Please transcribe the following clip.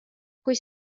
kui